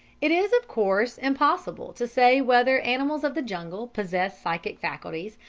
it is, of course, impossible to say whether animals of the jungle possess psychic faculties,